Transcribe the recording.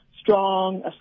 strong